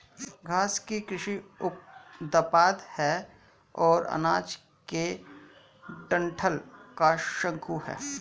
घास कृषि उपोत्पाद है और अनाज के डंठल का शंकु है